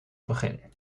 begin